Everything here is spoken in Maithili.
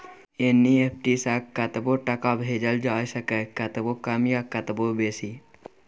एन.ई.एफ.टी सँ कतबो टका भेजल जाए सकैए कतबो कम या कतबो बेसी